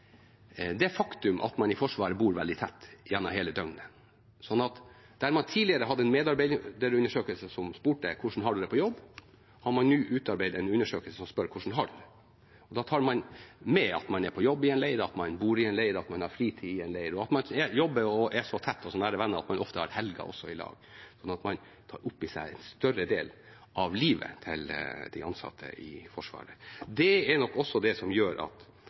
det faktum at man i Forsvaret bor veldig tett gjennom hele døgnet. Tidligere hadde man en medarbeiderundersøkelse som spurte: Hvordan har du det på jobb? Nå har man utarbeidet en undersøkelse som spør: Hvordan har du det? Da tar man med at man er på jobb i en leir, man bor i en leir, man har fritid i en leir, og man jobber og er så tett og så nære venner at man ofte har helger sammen også. Slik får man med en større del av livet til de ansatte i Forsvaret. Det er nok også det som gjør at